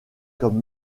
comme